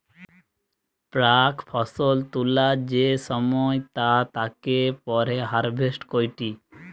প্রাক ফসল তোলা যে সময় তা তাকে পরে হারভেস্ট কইটি